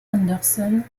anderson